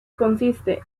consiste